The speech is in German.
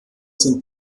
sind